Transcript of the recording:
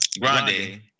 Grande